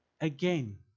again